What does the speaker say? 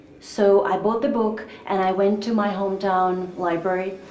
so i bought the book and i went to my hometown library,